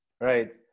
right